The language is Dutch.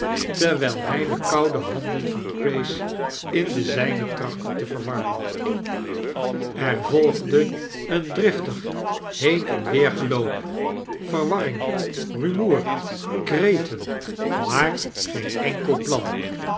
terwijl hij de koude handen van grace in de zijne trachtte te verwarmen er volgde een driftig heen en weergeloop verwarring rumoer kreten maar geen enkel plan